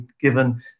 given